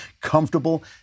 comfortable